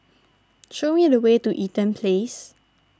show me the way to Eaton Place